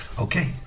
Okay